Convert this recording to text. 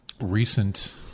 recent